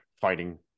fighting